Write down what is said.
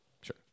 Sure